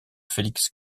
félix